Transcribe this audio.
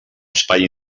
espai